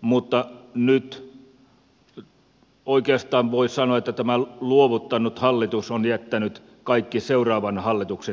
mutta nyt oikeastaan voi sanoa että tämä luovuttanut hallitus on jättänyt kaikki seuraavan hallituksen tehtäväksi